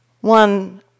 One